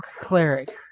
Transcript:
cleric